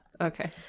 Okay